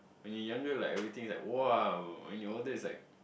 when you're younger like everything is like !wow! when you're older is like